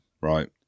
right